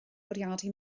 bwriadu